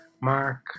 Mark